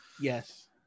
Yes